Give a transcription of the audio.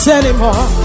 anymore